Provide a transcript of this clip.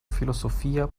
filosofía